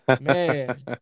man